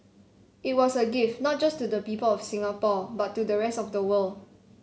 it was a gift not just to the people of Singapore but to the rest of the world